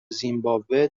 زیمباوه